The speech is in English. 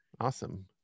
Awesome